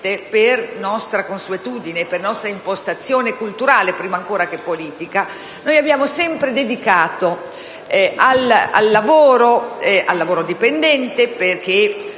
per nostra consuetudine ed impostazione culturale (prima ancora che politica), abbiamo sempre dedicato al lavoro dipendente (sono